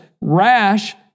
rash